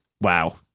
Wow